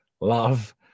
love